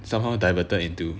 somehow diverted into